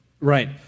Right